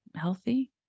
healthy